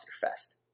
fest